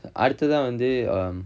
அடுத்ததா வந்து:aduthathaa vanthu